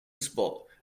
spot